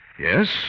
Yes